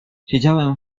siedziałem